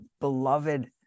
beloved